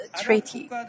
treaty